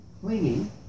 clinging